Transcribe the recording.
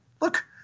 look